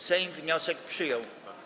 Sejm wniosek przyjął.